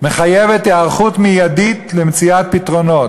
מחייבים היערכות מיידית למציאת פתרונות.